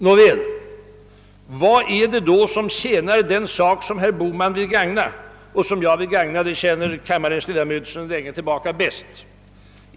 Nåväl, men vad är det som tjänar den sak som herr Bohman vill gagna och som jag — det känner kammarens 1ledamöter sedan länge väl till — också vill gagna?